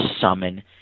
summon